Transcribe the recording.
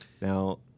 Now